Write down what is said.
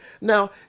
Now